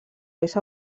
més